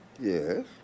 Yes